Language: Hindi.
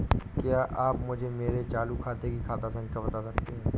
क्या आप मुझे मेरे चालू खाते की खाता संख्या बता सकते हैं?